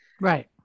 right